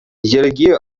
йӗрке